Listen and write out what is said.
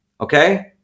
Okay